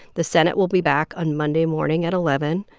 the senate will be back on monday morning at eleven.